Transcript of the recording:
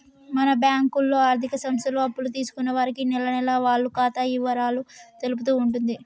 మన బ్యాంకులో ఆర్థిక సంస్థలు అప్పులు తీసుకున్న వారికి నెలనెలా వాళ్ల ఖాతా ఇవరాలు తెలుపుతూ ఉంటుంది